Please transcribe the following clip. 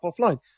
offline